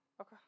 Okay